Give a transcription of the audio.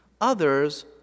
others